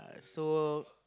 so